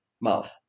mouth